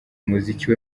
umuziki